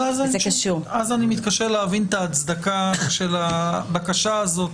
אני בדרך כלל נאלצת להסתמך אך ורק על הטענות של מבקש הרישיון,